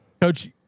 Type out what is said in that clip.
coach